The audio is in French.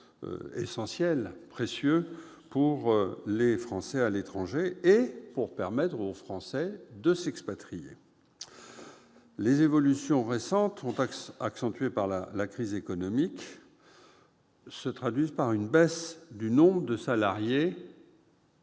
essentiel et précieux pour les Français de l'étranger et pour ceux qui souhaitent s'expatrier. Les évolutions récentes, accentuées par la crise économique, se traduisent par une baisse du nombre de salariés